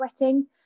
wetting